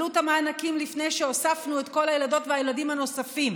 עלות המענקים לפני שהוספנו את כל הילדות והילדים הנוספים.